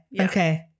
Okay